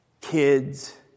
Kids